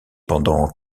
pendant